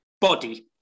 body